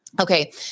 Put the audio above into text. Okay